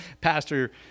Pastor